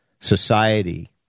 society